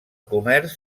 comerç